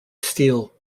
steel